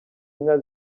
inka